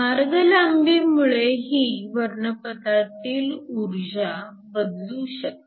मार्ग लांबी मुळेही वर्णपटातील ऊर्जा बदलू शकते